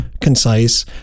concise